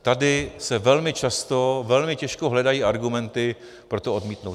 Tady se velmi často, velmi těžko hledají argumenty pro to odmítnout.